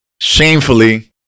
shamefully